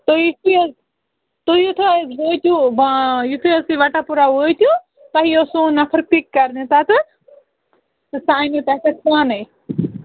تُہۍ یُتھٕے حظ تُہۍ یُتھٕے حظ وٲتِو با یُتھٕے حظ تُہۍ وَٹا پوٗرا وٲتِو تۄہہِ یِیَو سون نَفر پِک کَرنہِ تَتہِ تہٕ سُہ اَنوٕ تَتِس پانَے